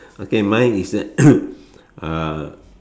okay mine is that uh